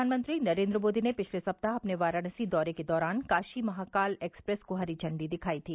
प्रधानमंत्री नरेन्द्र मोदी ने पिछले सप्ताह अपने वाराणसी दौरे के दौरान काशी महाकाल एक्सप्रेस को हरी झण्डी दिखाई थी